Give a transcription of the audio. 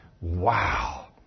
Wow